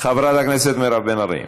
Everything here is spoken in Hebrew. חברת הכנסת מירב בן ארי,